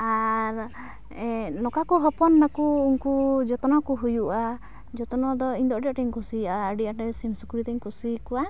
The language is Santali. ᱟᱨ ᱱᱚᱝᱠᱟᱠᱚ ᱦᱚᱯᱚᱱᱚᱜ ᱟᱠᱚ ᱩᱱᱠᱩ ᱡᱚᱛᱱᱚᱠᱚ ᱦᱩᱭᱩᱜᱼᱟ ᱡᱚᱛᱱᱚ ᱫᱚ ᱤᱧᱫᱚ ᱟᱹᱰᱤᱟᱸᱴᱼᱤᱧ ᱠᱩᱥᱤᱭᱟᱜᱼᱟ ᱟᱹᱰᱤᱟᱸᱴ ᱥᱤᱢ ᱥᱩᱠᱨᱤᱫᱚᱧ ᱠᱩᱥᱤᱣᱟᱠᱚᱣᱟ